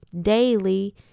daily